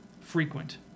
frequent